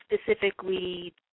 specifically